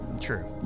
True